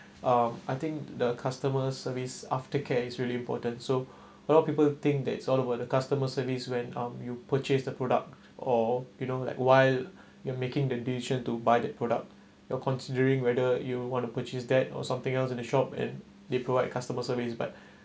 um I think the customer service aftercare is really important so a lot of people think that it's all about the customer service when um you purchase the product or you know like while you're making the decision to buy that product you're considering whether you want to purchase that or something else in the shop and they provide customer service but